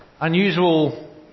unusual